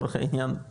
לצורך העניין,